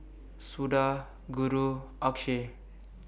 Suda Guru and Akshay